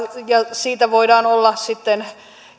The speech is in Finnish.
siitä voidaan olla sitten